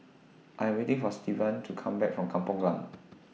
I Am waiting For Stevan to Come Back from Kampung Glam